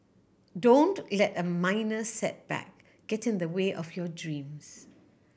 don't let a minor setback get in the way of your dreams